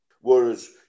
Whereas